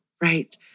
Right